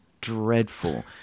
dreadful